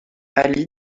ali